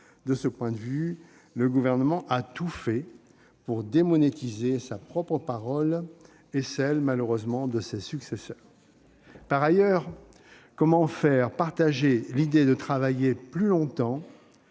000 euros : le Gouvernement a tout fait pour démonétiser sa propre parole et celle de ses successeurs. Par ailleurs, comment faire partager l'idée de travailler plus longtemps